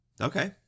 Okay